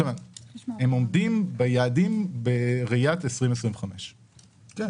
הם עומדים ביעדים בראיית 2025. כן,